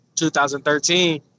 2013